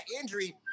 injury